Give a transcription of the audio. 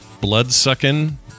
blood-sucking